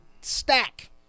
stack